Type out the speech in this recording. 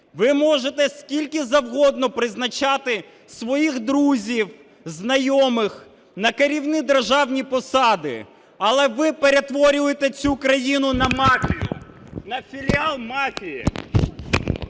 ви можете скільки завгодно призначати своїх друзів, знайомих на керівні державні посади, але ви перетворюєте цю країну на мафію, на філіал мафії.